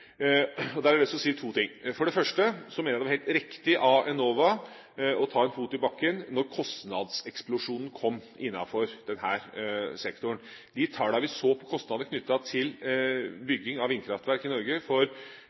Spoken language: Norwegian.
ønske. Der har jeg lyst til å si to ting. For det første mener jeg det var helt riktig av Enova å ta en fot i bakken da kostnadseksplosjonen kom innenfor denne sektoren. De tallene vi så for kostnader knyttet til bygging av vindkraftverk i Norge for